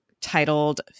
titled